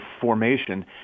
formation